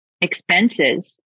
expenses